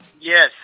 Yes